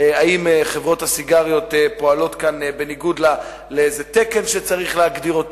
והאם חברות הסיגריות פועלות כאן בניגוד לאיזה תקן שצריך להגדיר.